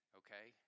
okay